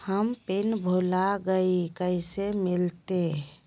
हम पिन भूला गई, कैसे मिलते?